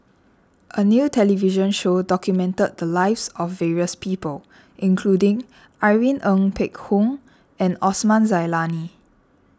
a new television show documented the lives of various people including Irene Ng Phek Hoong and Osman Zailani